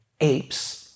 apes